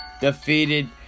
defeated